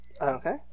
Okay